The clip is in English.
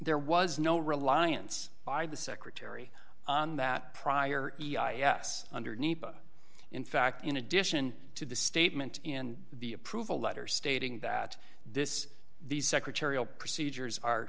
there was no reliance by the secretary on that prior e i a s underneath in fact in addition to the statement in the approval letter stating that this these secretarial procedures are